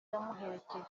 yamuherekeje